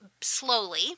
slowly